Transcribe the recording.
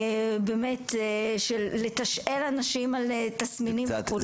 באמת של לתשאל אנשים על תסמינים כרוניים.